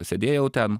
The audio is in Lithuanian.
sėdėjau ten